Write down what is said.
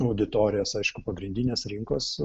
auditorijas aišku pagrindinės rinkos